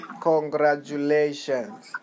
Congratulations